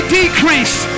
decrease